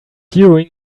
queuing